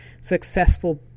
successful